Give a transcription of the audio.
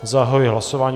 Zahajuji hlasování.